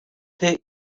take